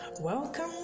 welcome